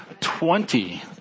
Twenty